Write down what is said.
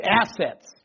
assets